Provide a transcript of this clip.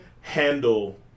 handle